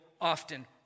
often